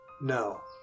No